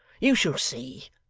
you shall see,